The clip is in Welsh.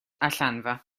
allanfa